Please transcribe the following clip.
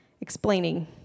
explaining